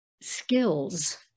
skills